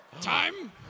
Time